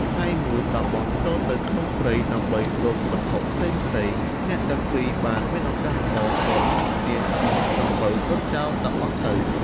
ថ្ងៃមួយ តាបសចូលទៅក្នុងព្រៃដើម្បីរកវត្ថុផ្សេងៗ អ្នកទាំងពីរបានឱកាសល្អ ក៏នាំគ្នាជិះសំពៅរត់ចោល តាបសទៅ ។